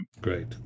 Great